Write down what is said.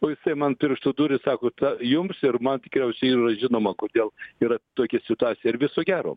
o jisai man pirštu duria sako jums ir man tikriausiai yra žinoma kodėl yra tokia situacija ir viso gero